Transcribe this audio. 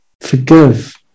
forgive